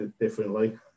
differently